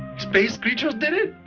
space creatures did it?